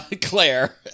Claire